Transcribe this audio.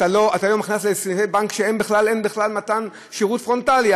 אתה היום נכנס לסניפי בנק ואין בכלל מתן שירות פרונטלי,